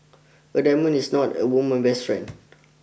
a diamond is not a woman's best friend